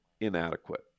inadequate